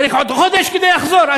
צריך עוד חודש כדי לחזור?